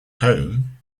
home